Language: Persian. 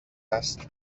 است